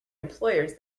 employers